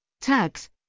Tags